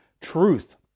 truth